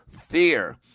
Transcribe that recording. Fear